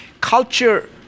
culture